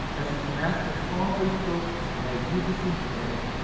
as his master fondly stroked his mag nificent head.